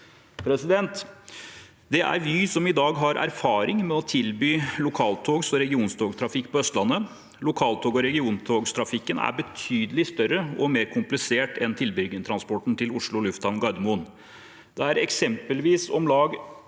reisende. Det er Vy som i dag har erfaring med å tilby lokaltog- og regiontogtrafikk på Østlandet. Lokaltog- og regiontogtrafikken er betydelig større og mer komplisert enn tilbringertransporten til Oslo Lufthavn Gardermoen. Det er eksempelvis om lag